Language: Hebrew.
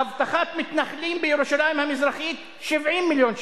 אבטחת מתנחלים בירושלים המזרחית, 70 מיליון שקל,